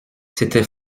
c’était